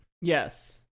Yes